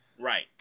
Right